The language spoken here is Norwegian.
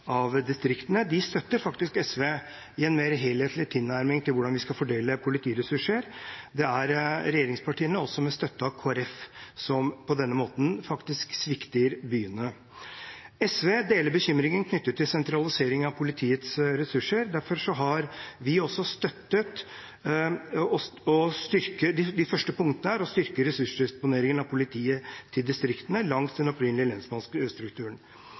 distriktene, for de støtter faktisk SV i en mer helhetlig tilnærming til hvordan vi skal fordele politiressurser. Det er regjeringspartiene, også med støtte av Kristelig Folkeparti, som på denne måten faktisk svikter byene. SV deler bekymringen knyttet til sentralisering av politiets ressurser. Derfor har vi også støttet de første punktene her og styrker ressursdisponeringen av politiet til distriktene langs den opprinnelige lensmannsstrukturen.